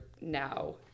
now